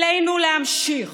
עלינו להמשיך